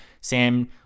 Sam